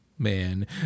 man